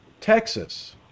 Texas